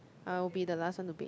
I'll be the last one to bathe